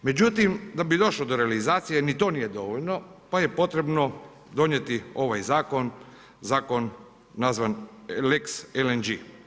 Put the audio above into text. Međutim da bi došlo do realizacije ni to nije dovoljno pa je potrebno donijeti ovaj zakon, zakon nazvat lex LNG.